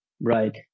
right